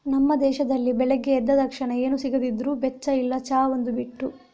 ನಮ್ಮ ದೇಶದಲ್ಲಿ ಬೆಳಿಗ್ಗೆ ಎದ್ದ ತಕ್ಷಣ ಏನು ಸಿಗದಿದ್ರೂ ಬೆಚ್ಚ ಇಲ್ಲ ಚಾ ಒಂದು ಬಿಟ್ಟು